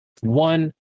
one